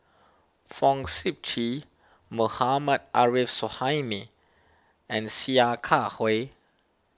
Fong Sip Chee Mohammad Arif Suhaimi and Sia Kah Hui